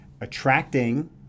attracting